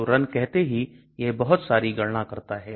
तो Run कहते ही यह बहुत सारी गणना करता है